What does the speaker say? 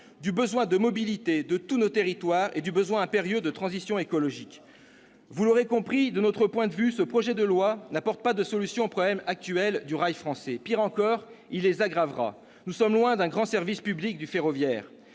du besoin de mobilité de tous nos territoires et du besoin impérieux de transition écologique. Chers collègues, vous l'aurez compris, de notre point de vue, ce projet de loi n'apporte pas de solutions aux problèmes actuels du rail français ; pis encore, il les aggravera. Nous sommes loin d'un grand service public du ferroviaire.